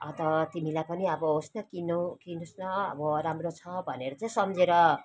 अन्त तिमीलाई पनि अब होस् न किनो किनोस् न अब राम्रो छ भनेर चाहिँ सम्झिएर